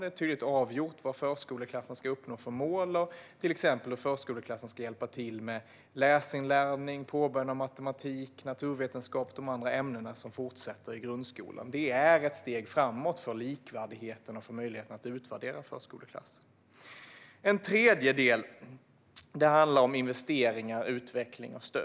Det är tydligt avgjort vad förskoleklassen ska uppnå för mål, till exempel hur förskoleklassen ska hjälpa till med läsinlärning och påbörjan av matematik, naturvetenskap och de andra ämnena som fortsätter i grundskolan. Det är ett steg framåt för likvärdigheten och möjligheten att utvärdera förskoleklassen. En tredje del handlar om investeringar, utveckling och stöd.